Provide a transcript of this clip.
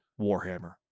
Warhammer